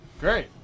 Great